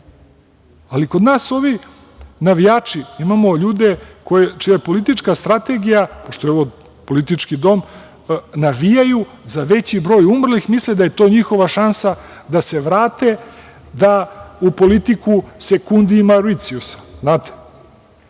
Ali, kod nas ovi navijači, imamo ljude čija je politička strategija, pošto je ovo politički dom, navijaju za veći broj umrlih, misle da je to njihova šansa da se vrate u politiku, misle da će to da